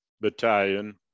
battalion